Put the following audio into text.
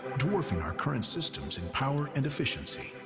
dwarfing our current systems in power and efficiency.